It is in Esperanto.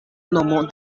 nomo